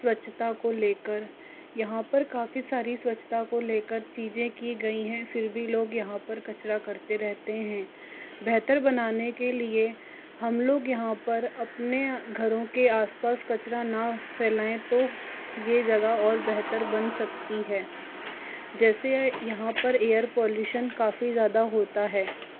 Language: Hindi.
स्वच्छता को लेकर यहाँ पर काफ़ी सारी स्वच्छता को लेकर चीज़ें की गई है फिर भी लोग यहाँ पर कचरा करते रहते हैं बेहतर बनाने के लिए हम लोग यहाँ पर अपने घरों के आसपास कचरा न फैलाएँ तो यह जगह और बेहतर बन सकती है जैसे यहाँ पर एयर पोल्यूशन काफ़ी ज़्यादा होता है